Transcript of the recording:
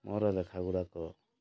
ମୋର୍ ଏ ଲେଖା ଗୁଡ଼ାକ